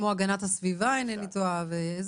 כמו הגנת הסביבה, אם אינני טועה.